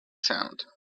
sound